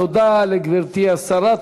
תודה לגברתי השרה.